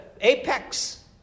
apex